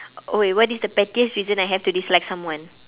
oh wait what is the pettiest reason I have to dislike someone